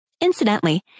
Incidentally